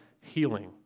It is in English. Healing